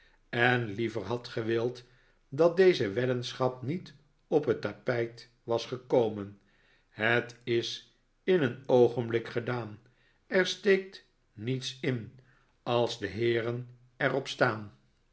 en liever had gewild dat deze weddenschap niet op het tapijt was gekomen het is in een oogenblik gedaan er steekt niets in als de heeren er op staan